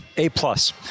A-plus